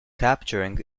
capturing